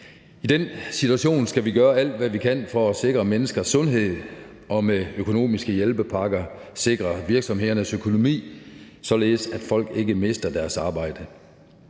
I den situation skal vi gøre, alt hvad vi kan, for at sikre menneskers sundhed og med økonomiske hjælpepakker sikre virksomhedernes økonomi, således at folk ikke mister deres arbejde.